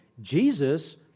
Jesus